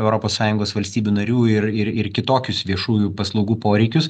europos sąjungos valstybių narių ir ir ir kitokius viešųjų paslaugų poreikius